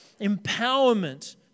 Empowerment